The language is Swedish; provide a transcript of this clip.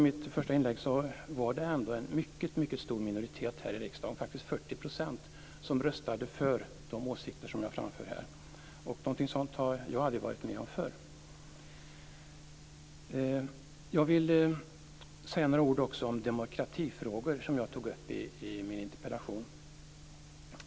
Det var en stor minoritet, 40 %, som röstade för de åsikter jag framför här. Något sådant har jag inte varit med om förr. Jag vill säga några ord om demokratifrågor. Jag tog upp dem i min interpellation.